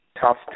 tough